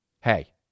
hey